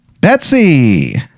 Betsy